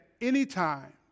anytime